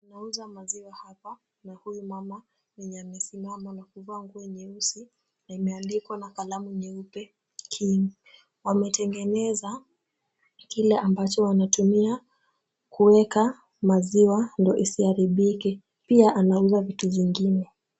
Wanauza maziwa hapa na huyu mama mwenye amesimama na kubango kwenye usi amealikwa na kalamu nyeupe king wametengeneza. Kile ambacho wanatumia kuweka maziwa ndio isiharibike pia anauza vitu vingine.